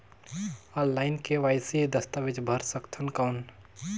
Online KYC दस्तावेज भर सकथन कौन?